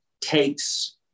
takes